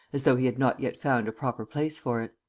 as though he had not yet found a proper place for it.